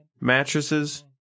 mattresses